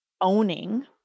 owning